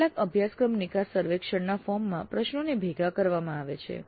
કેટલાક અભ્યાસક્રમ નિકાસ સર્વેક્ષણના ફોર્મ માં પ્રશ્નોને ભેગા કરવામાં આવે છે